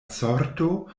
sorto